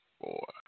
four